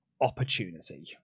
opportunity